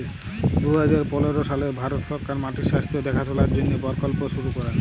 দু হাজার পলের সালে ভারত সরকার মাটির স্বাস্থ্য দ্যাখাশলার জ্যনহে পরকল্প শুরু ক্যরে